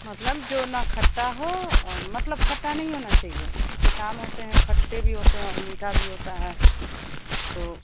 मतलब जो ना खट्टा हो मतलब खट्टा नहीं होना चाहिए कुछ आम होते हैं खट्टे भी होते हैं और मीठे भी होते हैं तो